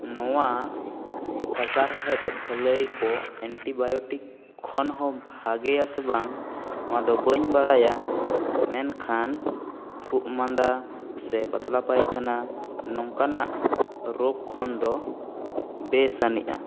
ᱱᱚᱣᱟ ᱥᱟᱪᱟᱨᱦᱮᱫ ᱵᱷᱟᱹᱞᱟᱹᱭ ᱠᱚ ᱮᱱᱴᱤᱵᱟᱭᱚᱴᱤᱠ ᱠᱷᱚᱱ ᱦᱚᱸ ᱵᱷᱟᱜᱮᱭᱟ ᱥᱮ ᱵᱟᱝ ᱚᱱᱟ ᱫᱚ ᱵᱟᱹᱧ ᱵᱟᱲᱟᱭᱟ ᱢᱮᱱᱠᱷᱟᱱ ᱠᱷᱩᱜ ᱢᱟᱸᱫᱟ ᱥᱮ ᱯᱟᱛᱞᱟ ᱯᱟᱭᱠᱷᱟᱱᱟ ᱱᱚᱝᱠᱟᱱᱟᱜ ᱨᱳᱜᱽ ᱠᱷᱚᱱ ᱫᱚ ᱵᱮᱥ ᱟᱹᱱᱤᱡᱼᱟ